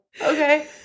okay